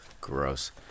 gross